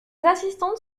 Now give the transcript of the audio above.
assistantes